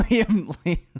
Liam